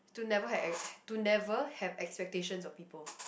to never have to never have expectations of people